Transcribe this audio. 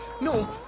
no